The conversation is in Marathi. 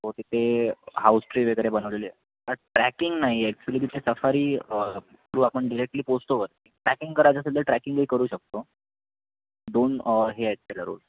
सो तिथे हाउस ट्री वगैरे बनवलेली आहे ट्रॅकिंग नाही ॲक्च्युली तिथे सफारी थ्रू आपण डिरेक्टली पोचतो वरती ट्रॅकिंग करायचा असेल तर ट्रॅकिंगही करू शकतो दोन हे आहेत त्याला रोड